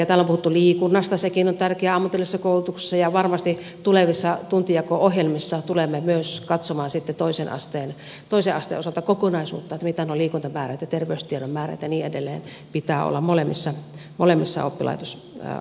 täällä on puhuttu liikunnasta sekin on tärkeää ammatillisessa koulutuksessa ja varmasti tulevissa tuntijako ohjelmissa tulemme myös katsomaan sitten toisen asteen osalta kokonaisuutta mitä noiden liikuntamäärien ja terveystiedon määrien ja niin edelleen pitää olla molemmissa oppilaitosasteissa